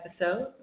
episode